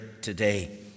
today